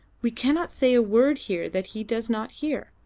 we cannot say a word here that he does not hear,